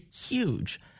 huge